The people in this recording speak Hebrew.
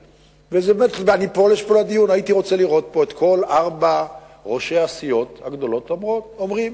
הייתי רוצה לראות פה את כל ארבעת ראשי הסיעות הגדולות אומרים